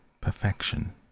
perfection